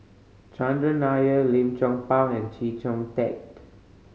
Chandran Nair Lim Chong Pang and Chee Kong Tet